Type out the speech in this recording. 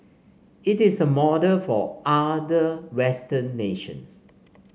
it is a model for other Western nations